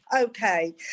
Okay